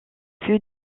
fut